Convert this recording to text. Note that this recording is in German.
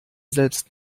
selbst